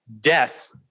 death